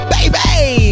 Baby